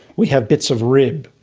we have bits of rib,